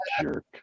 jerk